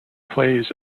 plays